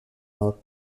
nord